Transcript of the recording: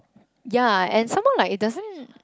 ya and some more it doesn't